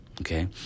Okay